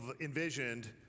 envisioned